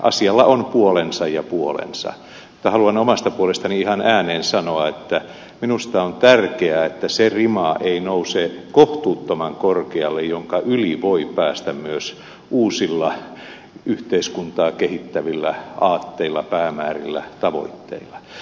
asialla on puolensa ja puolensa mutta haluan omasta puolestani ihan ääneen sanoa että minusta on tärkeää että se rima ei nouse kohtuuttoman korkealle jonka yli voi päästä myös uusilla yhteiskuntaa kehittävillä aatteilla päämäärillä tavoitteilla